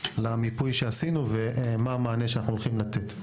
על המיפוי שעשינו ומה המענה שאנחנו הולכים לתת.